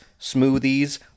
smoothies